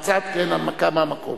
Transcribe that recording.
מהצד, כן, הנמקה מהמקום.